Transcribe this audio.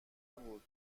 بود